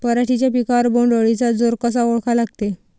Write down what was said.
पराटीच्या पिकावर बोण्ड अळीचा जोर कसा ओळखा लागते?